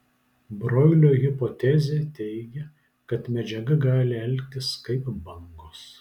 broilio hipotezė teigia kad medžiaga gali elgtis kaip bangos